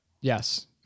yes